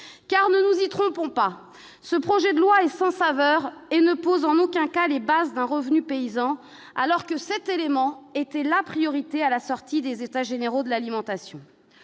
Car, ne nous y trompons pas, ce projet de loi sans saveur ne pose en aucun cas les bases d'un revenu paysan, alors même que cet élément apparaissait comme prioritaire à l'issue des États généraux de l'alimentation